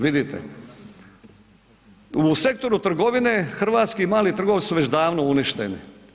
Vidite, u sektoru trgovine hrvatski mali trgovci su već davno uništeni.